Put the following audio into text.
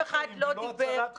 אבל זה איכות חיים, לא הצלת חיים.